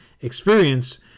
experience